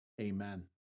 Amen